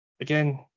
again